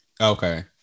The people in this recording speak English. Okay